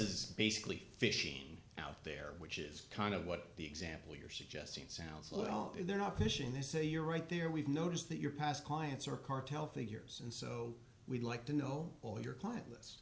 is basically fishing out there which is kind of what the example you're suggesting sounds well they're not fishing this is a you're right there we've noticed that your past clients are cartel figures and so we'd like to know all your client lis